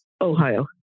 ohio